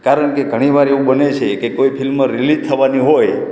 કારણ કે ઘણીવાર એવું બને છે કે કોઈ ફિલ્મ રીલીઝ થવાની હોય